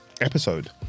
episode